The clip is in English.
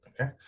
okay